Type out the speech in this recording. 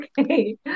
Okay